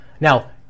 Now